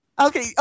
Okay